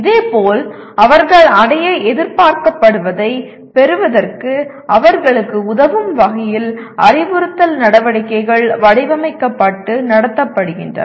இதேபோல் அவர்கள் அடைய எதிர்பார்க்கப்படுவதைப் பெறுவதற்கு அவர்களுக்கு உதவும் வகையில் அறிவுறுத்தல் நடவடிக்கைகள் வடிவமைக்கப்பட்டு நடத்தப்படுகின்றன